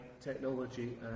technology